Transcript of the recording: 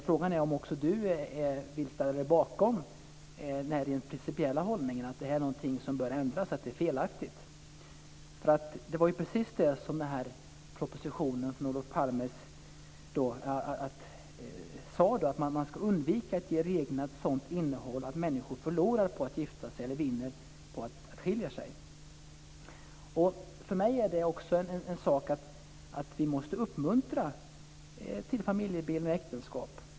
Frågan är om också finansministern vill ställa sig bakom denna rent principiella hållning: att detta är någonting som bör ändras, att det är felaktigt. Det var ju precis det som sades i den här propositionen från Olof Palmes tid: att man ska undvika att ge reglerna ett sådant innehåll att människor förlorar på att gifta sig eller vinner på att skilja sig. För mig är det också en viktig sak att vi måste uppmuntra till familjebildning och äktenskap.